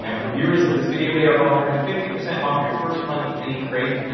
yeah for viewers of this video, they are offering fifty percent off your first month of any crate,